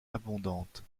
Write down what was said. abondante